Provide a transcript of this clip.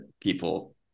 people